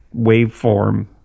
waveform